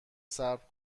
صبر